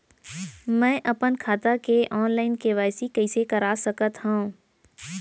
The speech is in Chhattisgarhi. मैं अपन खाता के ऑनलाइन के.वाई.सी कइसे करा सकत हव?